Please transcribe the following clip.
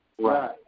right